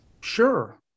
Sure